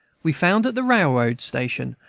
we found at the railroad station,